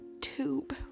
tube